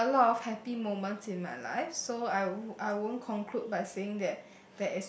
there are a lot of happy moments in my life so I won't I won't conclude by saying that